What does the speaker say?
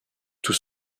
tout